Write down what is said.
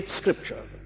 Scripture